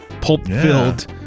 pulp-filled